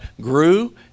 grew